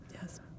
Yes